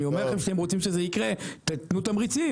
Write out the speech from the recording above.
אני אומר לכם שאם אתם רוצים שזה יקרה תנו תמריצים.